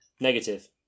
Negative